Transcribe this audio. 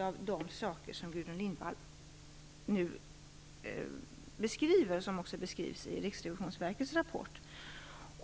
av de saker som Gudrun Lindvall nu beskriver och som också beskrivs i Riksrevisionsverkets rapport.